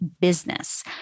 business